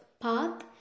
path